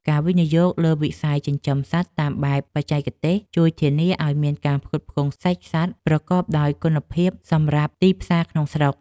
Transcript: ការវិនិយោគលើវិស័យចិញ្ចឹមសត្វតាមបែបបច្ចេកទេសជួយធានាឱ្យមានការផ្គត់ផ្គង់សាច់សត្វប្រកបដោយគុណភាពសម្រាប់ទីផ្សារក្នុងស្រុក។